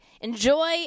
enjoy